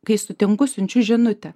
kai sutinku siunčiu žinutę